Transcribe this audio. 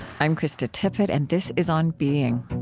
i'm krista tippett, and this is on being.